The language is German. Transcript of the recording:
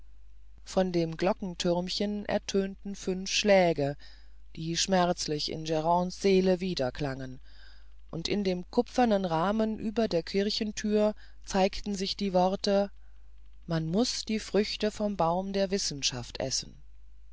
von dem glockenthürmchen ertönten fünf schläge die schmerzlich in grande's seele wiederklangen und in dem kupfernen rahmen über der kirchthür zeigten sich die worte man muß die früchte vom baum der wissenschaft essen